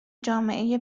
جامعه